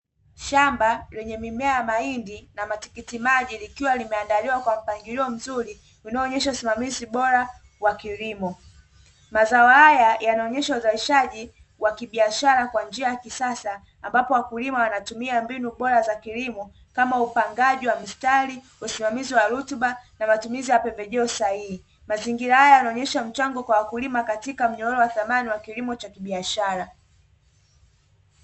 Shamba lenye mimea ya mahindi na matikiti maji likiwa limeandaliwa kwa mpangilio mzuri unaoonyesha usimamizi bora wa kilimo. Mazao haya yanaonyesha uzalisha wa kibiashara kwa njia ya kisasa ambapo wakulima wanatumia mbinu bora za kilimo kama upangaji wa mistari, usimamizi wa rutuba, na matumizi ya pembejeo sahihi. Mazingira haya yanaonyesha mchango kwa wakulima katika mnyororo wa thamani wa kilimo cha kibiashara.